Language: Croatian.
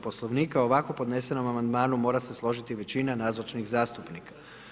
Poslovnika o ovako podnesenom amandmanu mora se složiti većina nazočnih zastupnika.